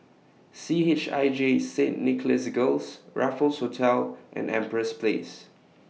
C H I J Saint Nicholas Girls Raffles Hotel and Empress Place